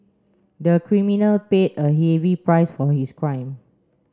the criminal paid a heavy price for his crime